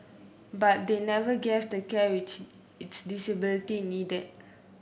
but they never gave the care which its disability needed